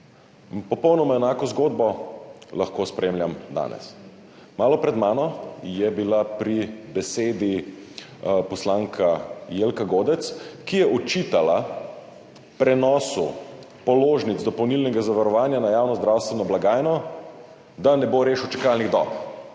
Popolnoma enako zgodbo lahko spremljam danes. Malo pred mano je bila pri besedi poslanka Jelka Godec, ki je očitala prenosu položnic dopolnilnega zavarovanja na javno zdravstveno blagajno, da ne bo rešil čakalnih dob.